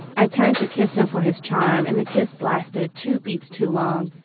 i turned to kiss him for his charm, and the kiss lasted two beats too long.